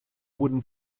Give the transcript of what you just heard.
wooden